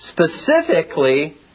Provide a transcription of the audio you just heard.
specifically